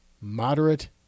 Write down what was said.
moderate